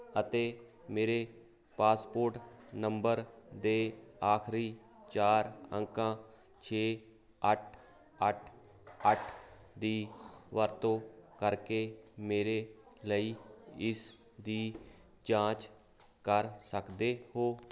ਅਤੇ ਮੇਰੇ passport number ਦੇ ਆਖਰੀ ਚਾਰ ਅੰਕਾਂ ਛੇ ਅੱਠ ਅੱਠ ਅੱਠ ਦੀ ਵਰਤੋਂ ਕਰਕੇ ਮੇਰੇ ਲਈ ਇਸ ਦੀ ਜਾਂਚ ਕਰ ਸਕਦੇ ਹੋ